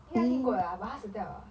应该听过 lah but 他死掉了啦